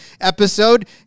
episode